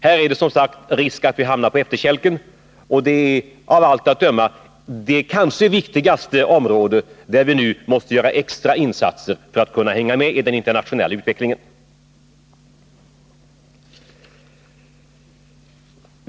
Här är det, som sagt, risk att vi hamnar på efterkälken, och det är av allt att döma det område där det är viktigast att göra extra insatser för att kunna hänga med i den internationella utvecklingen.